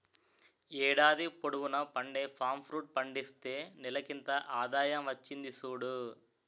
ఏడాది పొడువునా పండే పామ్ ఫ్రూట్ పండిస్తే నెలకింత ఆదాయం వచ్చింది సూడు